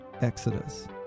Exodus